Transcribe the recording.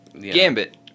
Gambit